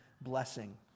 blessing